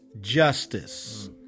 justice